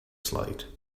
slide